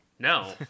No